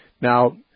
Now